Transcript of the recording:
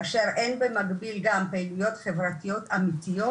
כאשר אין במקביל גם פעילויות חברתיות אמיתיות,